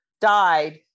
died